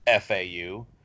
FAU